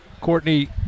Courtney